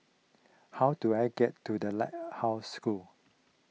how do I get to the Lighthouse School